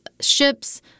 ships